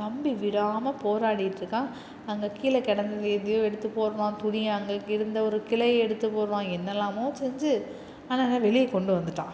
தம்பி விடமால் போராடிட்டு இருக்கான் அங்கே கீழே கிடந்தத எதையோ எடுத்து போடுறான் துணியை அங்கே இருந்த ஒரு கிளையை எடுத்து போடுறான் என்னலாமோ செஞ்சு அண்ணனை வெளியே கொண்டு வந்துவிட்டான்